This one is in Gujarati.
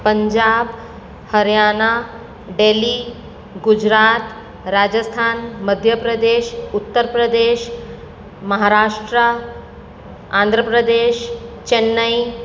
પંજાબ હરિયાના દિલ્હી ગુજરાત રાજસ્થાન મધ્ય પ્રદેશ ઉત્તર પ્રદેશ મહારાષ્ટ્ર આંધ્ર પ્રદેશ ચેન્નઈ